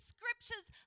Scriptures